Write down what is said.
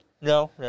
No